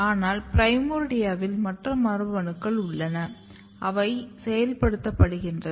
ஆனால் பிரைமோர்டியாவில் மற்ற மரபணுக்கள் உள்ளன அவை செயல்படுத்தப்படுகின்றன